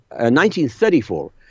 1934